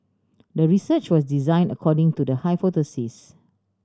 the research was design according to the hypothesis